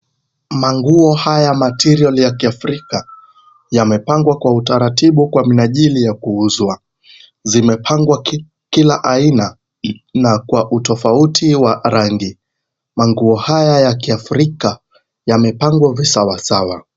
Manguo haya material ya kiafrika yamepangwa kwa utaratibu kwa minajili ya kuuzwa. Zimepangwa kila aina na kwa utofauti wa rangi. Manguo haya ya kiafrika yamepangwa sawasawa.